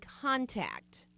contact